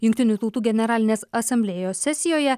jungtinių tautų generalinės asamblėjos sesijoje